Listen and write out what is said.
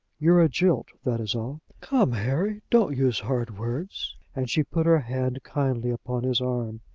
you are a jilt that is all. come, harry, don't use hard words, and she put her hand kindly upon his arm.